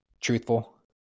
truthful